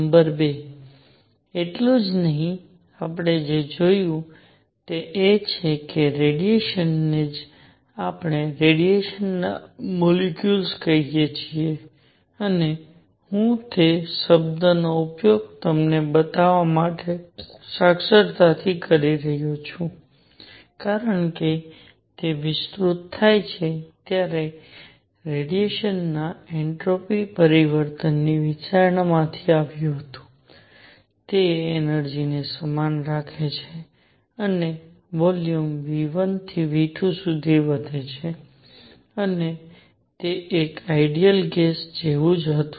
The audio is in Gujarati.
નંબર 2 એટલું જ નહીં આપણે જે જોયું તે એ છે કે રેડિયેશન ને જ આપણે રેડિયેશન ના મોલેક્યુલ્સ કહીએ છીએ અને હું તે શબ્દનો ઉપયોગ તમને બતાવવા માટે સાક્ષરતાથી કરી રહ્યો છું કારણ કે તે વિસ્તૃત થાય ત્યારે રેડિયેશન ના એન્ટ્રોપી પરિવર્તનની વિચારણા માંથી આવ્યું હતું તે એનર્જિ ને સમાન રાખે છે અને વોલ્યુમ v1 થી v2 સુધી વધે છે અને તે એક આઇડિયલ ગેસ જેવું જ હતું